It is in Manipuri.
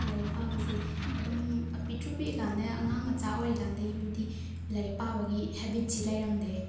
ꯂꯥꯏꯔꯤꯛ ꯄꯥꯕꯁꯦ ꯑꯗꯨꯝ ꯄꯤꯛꯇ꯭ꯔꯨ ꯄꯤꯛꯏ ꯀꯥꯟꯗꯒꯤ ꯑꯉꯥꯡ ꯃꯆꯥ ꯑꯣꯏꯔꯤ ꯀꯥꯟꯗꯒꯤꯕꯨꯗꯤ ꯂꯥꯏꯔꯤꯛ ꯄꯥꯕꯒꯤ ꯍꯦꯕꯤꯠꯁꯤ ꯂꯩꯔꯝꯗꯦ